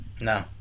No